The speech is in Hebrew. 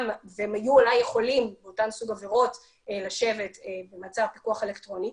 והם היו אולי יכולים באותו סוג עבירות לשבת במעצר פיקוח אלקטרוני.